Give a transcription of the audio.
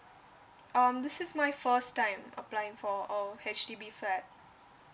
um this is my first time applying for a H_D_B flat